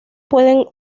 pueden